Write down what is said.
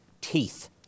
teeth